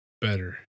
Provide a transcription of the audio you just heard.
better